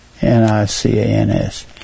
N-I-C-A-N-S